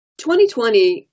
2020